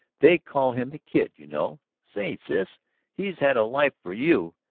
they call him the kid, you know. say, sis, he's had a life for you!